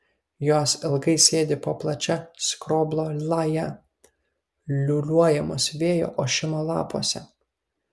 jos ilgai sėdi po plačia skroblo laja liūliuojamos vėjo ošimo lapuose